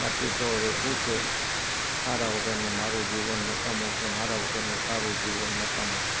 બાકી તો હવે શું છે તારા વગરનું મારું જીવન નકામું છે મારા વગરનું તારું જીવન નકામું છે